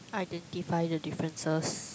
identify the differences